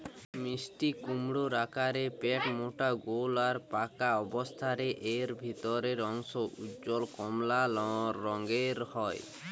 মিষ্টিকুমড়োর আকার পেটমোটা গোল আর পাকা অবস্থারে এর ভিতরের অংশ উজ্জ্বল কমলা রঙের হয়